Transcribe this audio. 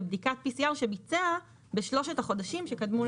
בבדיקת PCR שביצע בשלושת החודשים שקדמו לטיסה,